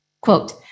Quote